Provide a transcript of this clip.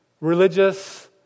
religious